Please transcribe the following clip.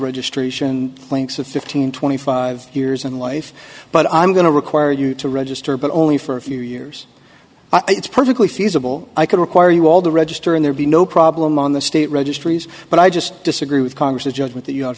registration plates of fifteen twenty five years in life but i'm going to require you to register but only for a few years but it's perfectly feasible i could require you all to register and there be no problem on the state registries but i just disagree with congress's judgment that you have